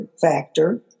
factor